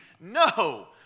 no